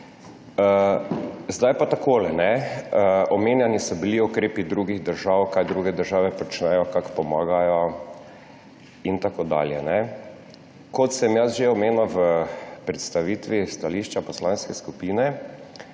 Zdaj pa takole. Omenjeni so bili ukrepi drugih držav, kaj druge države počnejo, kako pomagajo in tako dalje. Kot sem že omenil v predstavitvi stališča poslanske skupine,